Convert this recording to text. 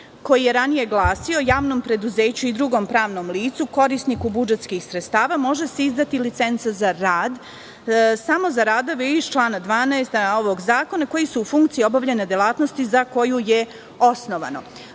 koji je ranije glasio – Javnom preduzeću i drugom pravnom licu, korisniku budžetskih sredstava, može se izdati licenca za rad samo za radove iz člana 12. ovog zakona, koji su u funkciji obavljanja delatnosti za koju je osnovano,